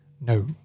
No